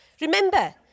Remember